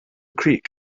creek